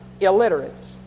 illiterates